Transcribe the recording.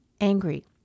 angry